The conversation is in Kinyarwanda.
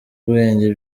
ubwenge